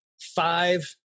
Five